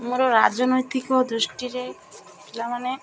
ମୋର ରାଜନୈତିକ ଦୃଷ୍ଟିରେ ପିଲାମାନେ